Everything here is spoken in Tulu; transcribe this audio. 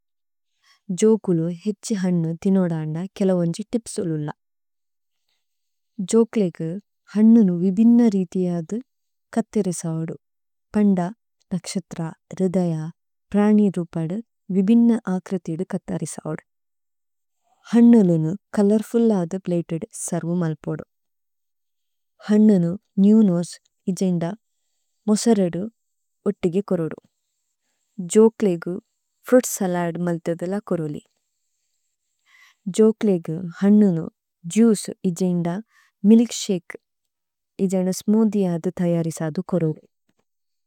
ജോഅകുലു ഹേഛി ഹന്നു ദിനോദന്ദ കേലവോന്ജി തിപ്സുല് ഉല്ല। ജോഅകുലേഗു ഹന്നുനു വിബിന്ന രീതിയദു കഥിരിസവുദു। പന്ദ, നക്ശത്ര, രുദയ, പ്രനി രുപദു വിബിന്ന ആക്രിതിദു കഥരിസവുദു। ഹന്നുലുനു ചോലോര്ഫുല്ലദു പ്ലേഇതേദു സര്വുമല് പോദു। ഹന്നുനു നേവ് നോസേ, ഇജേന്ദ, മോസരേദു, ഓത്തേഗി കോരുദു। ജോഅകുലേഗു ഫ്രുഇത്സലദു മല്തേദുല കോരുലി। ജോഅകുലേഗു ഹന്നുനു ജുഇചേ, ഇജേന്ദ, മില്ക്ശകേ, ഇജേന സ്മൂഥിഏഅദു ഥയരിസദു കോരുലി।